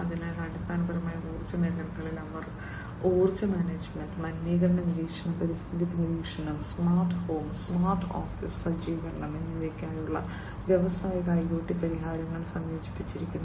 അതിനാൽ അടിസ്ഥാനപരമായി ഊർജ്ജ മേഖലയിൽ അവർ ഊർജ്ജ മാനേജ്മെന്റ് മലിനീകരണ നിരീക്ഷണം പരിസ്ഥിതി നിരീക്ഷണം സ്മാർട്ട് ഹോം സ്മാർട്ട് ഓഫീസ് സജ്ജീകരണം എന്നിവയ്ക്കായുള്ള വ്യാവസായിക IoT പരിഹാരങ്ങൾ സംയോജിപ്പിച്ചിരിക്കുന്നു